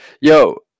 Yo